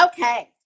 Okay